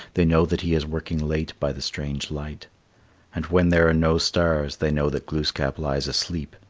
they know that he is working late by the strange light and when there are no stars, they know that glooskap lies asleep,